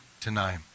tonight